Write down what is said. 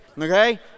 okay